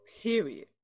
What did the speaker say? period